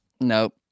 Nope